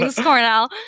cornell